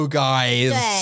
guys